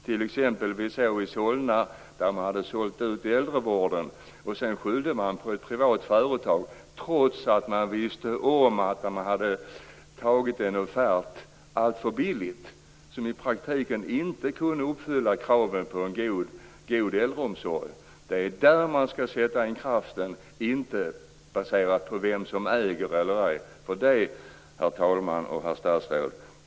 T.ex. i Solna hade man sålt ut äldrevården och skyllde sedan på ett privat företag, trots att man visste om att man hade accepterat en offert som låg alldeles för lågt och som i praktiken inte gjorde det möjligt att uppfylla kraven på en god äldreomsorg. Det är där man skall sätta in kraften, inte på vem som skall äga vårdinrättningen.